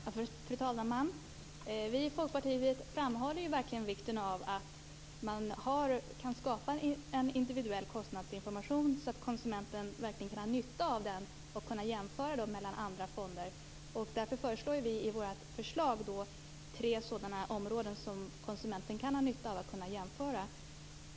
Fru talman! Vi i Folkpartiet framhåller verkligen vikten av att man kan skapa en individuell kostnadsinformation, så att konsumenten verkligen kan ha nytta av den och kunna göra jämförelser med andra fonder. Därför föreslår vi tre områden som konsumenten kan ha nytta av att kunna jämföra.